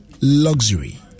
luxury